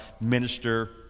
minister